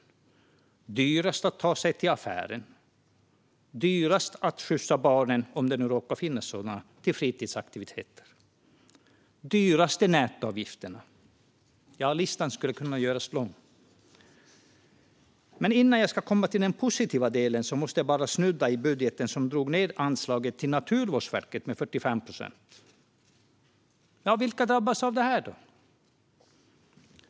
Det är dyrast att ta sig till affären och dyrast att skjutsa barnen, om det nu råkar finnas sådana, till fritidsaktiviteter. De har de dyraste nätavgifterna. Ja, listan skulle kunna göras lång. Innan jag går in på den positiva delen måste jag bara snudda vid budgeten som drog ned anslaget till Naturvårdsverket med 45 procent. Vilka drabbas av detta då?